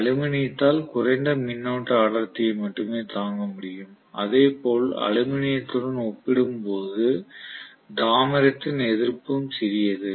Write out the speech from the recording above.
அலுமினியத்ததால் குறைந்த மின்னோட்ட அடர்த்தியை மட்டுமே தாங்க முடியும் அதேபோல் அலுமினியத்துடன் ஒப்பிடும்போது தாமிரத்தின் எதிர்ப்பும் சிறியது